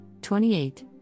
28